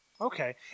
Okay